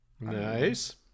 Nice